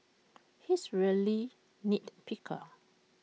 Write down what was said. he is A really nit picker